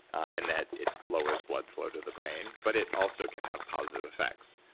in that it lowers blood flow to the brain. but it also can have positive effects.